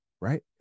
right